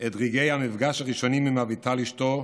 את רגעי המפגש הראשונים עם אביטל אשתו